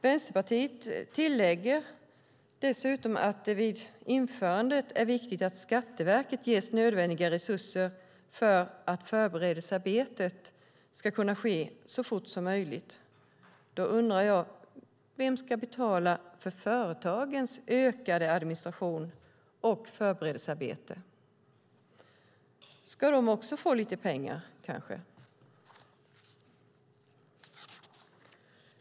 Vänsterpartiet tillägger att det vid införandet är viktigt att Skatteverket ges nödvändiga resurser för att förberedelsearbetet ska kunna ske så fort som möjligt. Jag undrar vem som ska betala för företagens ökade administration och förberedelsearbete. Ska de också få lite pengar?